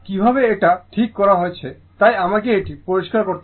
কিভাবে এটা ঠিক করা হয়েছে তাই আমাকে এটি পরিষ্কার করতে দিন